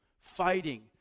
fighting